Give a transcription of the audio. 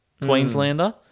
Queenslander